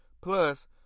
Plus